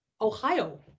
Ohio